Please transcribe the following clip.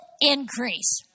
increase